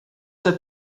set